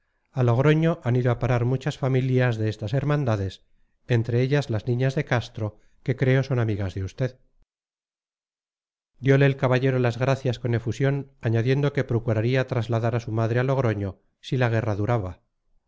a logroño han ido a parar muchas familias de estas hermandades entre ellas las niñas de castro que creo son amigas de usted diole el caballero las gracias con efusión añadiendo que procuraría trasladar a su madre a logroño si la guerra duraba